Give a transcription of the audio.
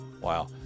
wow